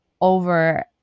over